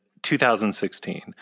2016